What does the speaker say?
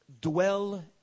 dwell